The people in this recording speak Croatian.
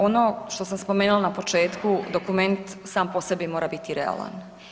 Ono što sam spomenula na početku dokument sam po sebi mora biti realan.